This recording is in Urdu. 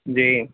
جی